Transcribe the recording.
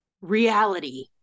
reality